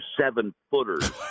seven-footers